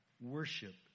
worship